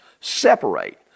separate